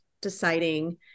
deciding